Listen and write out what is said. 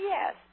Yes